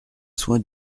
soins